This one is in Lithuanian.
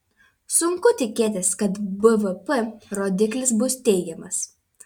sunku tikėtis kad bvp rodiklis bus teigiamas